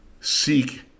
seek